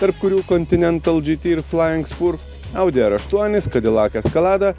tarp kurių continental gt ir flying spur audi r aštuonis kadilak eskalada